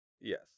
Yes